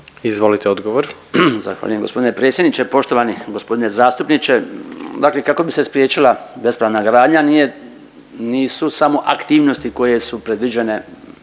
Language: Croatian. Izvolite odgovor.